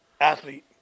athlete